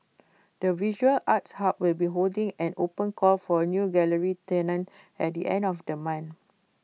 the visual arts hub will be holding an open call for new gallery tenants at the end of the month